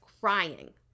crying